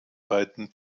beiden